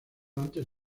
antes